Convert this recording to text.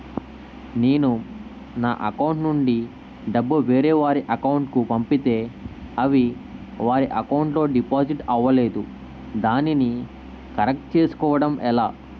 నేను నా అకౌంట్ నుండి డబ్బు వేరే వారి అకౌంట్ కు పంపితే అవి వారి అకౌంట్ లొ డిపాజిట్ అవలేదు దానిని కరెక్ట్ చేసుకోవడం ఎలా?